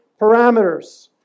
parameters